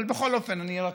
אבל בכל אופן אני רק